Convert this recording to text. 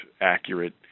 accurate